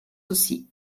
aussi